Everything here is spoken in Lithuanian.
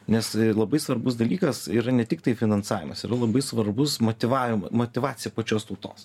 nes labai svarbus dalykas yra ne tiktai finansavimas yra labai svarbus motyvavimo motyvacija pačios tautos